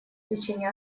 течение